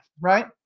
right